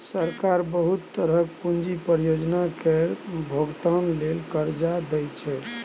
सरकार बहुत तरहक पूंजी परियोजना केर भोगतान लेल कर्जा दइ छै